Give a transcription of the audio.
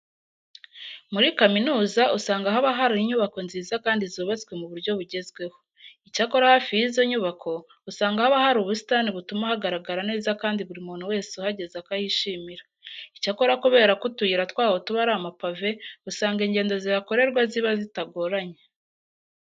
Muri kaminuza usanga haba hari inyubako nziza kandi zubatswe mu buryo bugezweho. Icyakora hafi y'izo nyubako usanga haba hari ubusitani butuma hagaragara neza kandi buri muntu wese uhageze akahishimira. Icyakora kubera ko utuyira twaho tuba ari amapave, usanga ingendo zihakorerwa ziba zitagoranye.